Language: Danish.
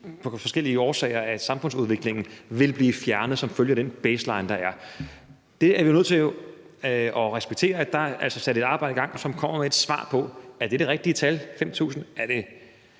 af forskellige årsager i samfundsudviklingen vil blive fjernet som følge af den baseline, der er. Det er vi nødt til at respektere, altså at der er sat et arbejde i gang, som kommer med et svar på, om 5.000 er det rigtige tal. Man kunne